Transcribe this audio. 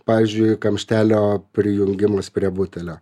pavyzdžiui kamštelio prijungimas prie butelio